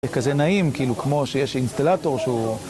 כזה נעים כאילו כמו שיש אינסטלטור שהוא